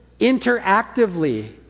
interactively